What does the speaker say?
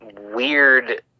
weird